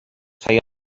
feia